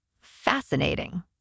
Fascinating